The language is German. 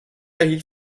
erhielt